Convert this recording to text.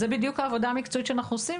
זו בדיוק העבודה המקצועית שאנחנו עושים,